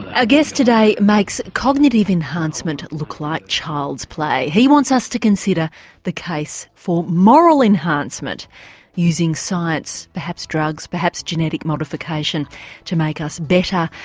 our guest today makes cognitive enhancement look like child's play, he wants us to consider the case for moral enhancement using science, perhaps drugs, perhaps genetic modification to make us better,